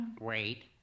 Wait